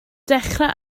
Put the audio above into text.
dechrau